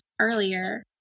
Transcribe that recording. earlier